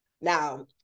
now